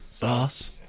boss